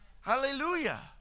Hallelujah